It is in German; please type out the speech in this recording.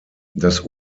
das